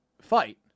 fight